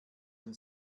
den